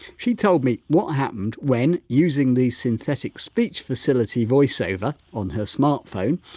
she told me what happened when, using the synthetic speech facility voiceover on her smartphone,